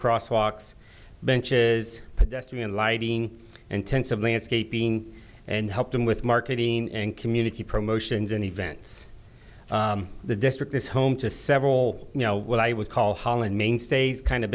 cross walks benches pedestrian lighting intensive landscaping and help them with marketing and community promotions and events the district is home to several you know what i would call holland mainstays kind of